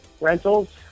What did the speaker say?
Rentals